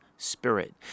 Spirit